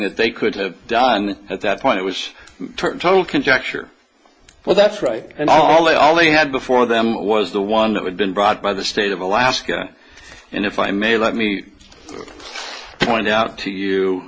that they could have done at that point it was total conjecture well that's right and all that all they had before them was the one that had been brought by the state of alaska and if i may let me point out to you